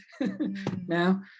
now